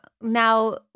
now